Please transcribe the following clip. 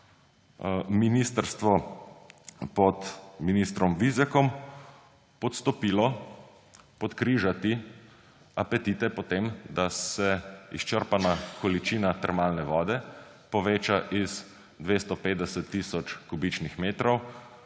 ministrstvo pod ministrom Vizjakom podstopilo podkrižati apetite po tem, da se izčrpana količina termalne vode poveča iz 250 tisoč kubičnih metrov